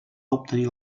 obtenir